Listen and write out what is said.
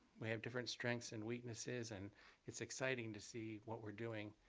we have different strengths and weaknesses and it's exciting to see what we're doing.